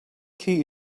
key